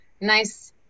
nice